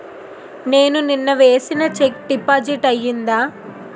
నేను నిన్న వేసిన చెక్ డిపాజిట్ అయిందా?